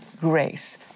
Grace